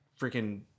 freaking